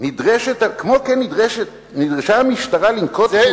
כמו כן נדרשה המשטרה לנקוט פעולות,